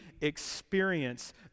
experience